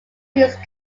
use